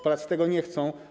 Polacy tego nie chcą.